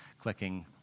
clicking